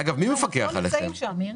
אנחנו לא נמצאים שם.